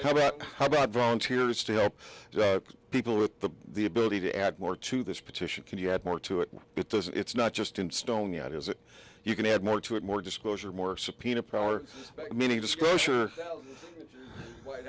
how about how about volunteers to help people with the the ability to add more to this petition can you add more to it because it's not just in stone yet is it you can add more to it more disclosure more subpoena power meaning disclosure